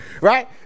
Right